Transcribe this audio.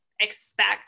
expect